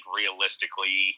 realistically